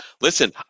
listen